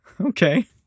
Okay